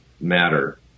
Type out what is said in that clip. matter